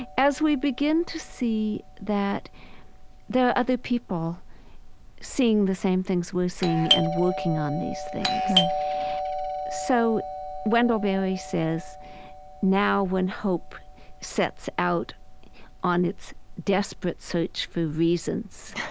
as we begin to see that there are other people seeing the same things, we're seeing and working on these things right so wendell berry says now, when hope sets out on its desperate search for reasons,